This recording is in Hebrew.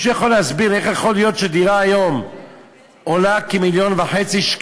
מישהו יכול להסביר איך יכול להיות שדירה היום עולה כ-1.5 מיליון שקלים,